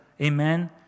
Amen